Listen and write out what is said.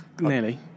Nearly